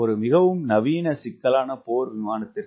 ஒரு மிகவும் நவீன சிக்கலான போர் விமானத்திற்கு இது 1 1